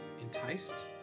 enticed